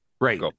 Right